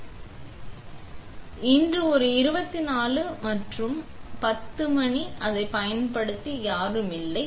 எனவே இன்று ஒரு 24 மற்றும் அது 10 மணி மற்றும் அதை பயன்படுத்தி யாரும் இல்லை